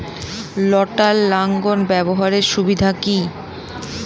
লটার লাঙ্গল ব্যবহারের সুবিধা কি?